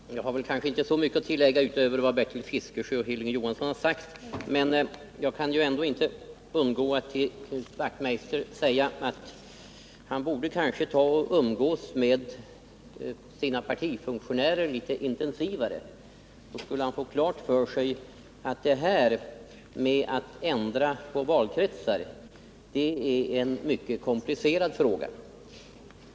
Herr talman! Jag har kanske inte så mycket att tillägga utöver vad Bertil Fiskesjö och Hilding Johansson sagt. Men jag kan ändå inte underlåta att till Knut Wachtmeister säga, att han kanske borde umgås litet intensivare med sina partifunktionärer. Då skulle han nämligen få klart för sig att det är mycket komplicerat att ändra på valkretsar.